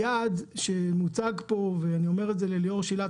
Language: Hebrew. אני אומר את זה לליאור שילת,